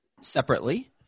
separately